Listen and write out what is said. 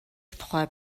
тухай